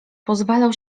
pozwalał